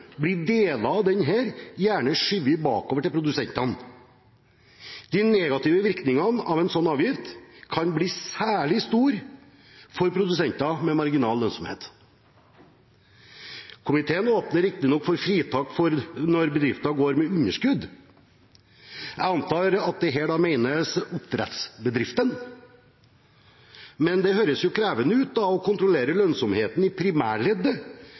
blir deler av denne gjerne skjøvet bakover til produsentene. De negative virkningene av en sånn avgift kan bli særlig store for produsenter med marginal lønnsomhet. Komiteen åpner riktignok for fritak når bedrifter går med underskudd. Jeg antar at det her menes oppdrettsbedriften. Men det høres krevende ut å kontrollere lønnsomheten i primærleddet